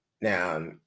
Now